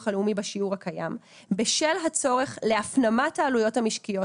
הלאומי בשיעור הקיים בשל הצורך להפנמת העלויות המשקיות